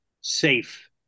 safe